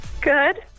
Good